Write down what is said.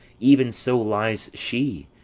even so lies she,